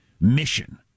mission